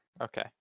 Okay